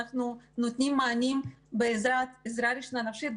אנחנו נותנים מענים בעזרת עזרה ראשונה נפשית,